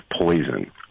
Poison